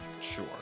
Sure